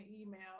email